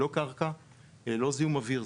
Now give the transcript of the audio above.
לא קרקע, לא זיהום אוויר.